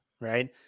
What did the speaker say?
right